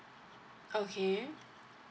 okay